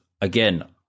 again